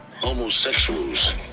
homosexuals